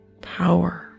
power